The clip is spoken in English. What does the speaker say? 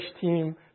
team